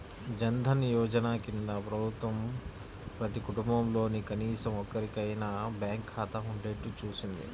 జన్ ధన్ యోజన కింద ప్రభుత్వం ప్రతి కుటుంబంలో కనీసం ఒక్కరికైనా బ్యాంకు ఖాతా ఉండేట్టు చూసింది